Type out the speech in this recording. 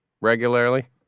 regularly